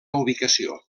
ubicació